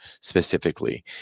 specifically